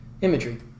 imagery